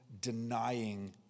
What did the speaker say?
denying